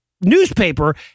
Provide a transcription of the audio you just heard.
newspaper